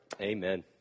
Amen